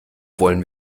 wollen